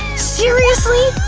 seriously!